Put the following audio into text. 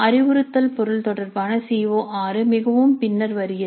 அறிவுறுத்தல் பொருள் தொடர்பான சிஓ6 மிகவும் பின்னர் வருகிறது